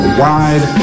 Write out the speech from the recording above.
wide